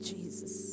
Jesus